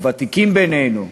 הוותיקים בינינו,